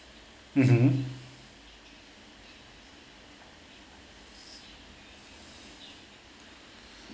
mmhmm